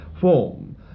form